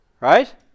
right